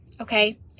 Okay